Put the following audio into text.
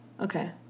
okay